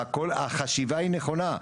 החשיבה היא נכונה,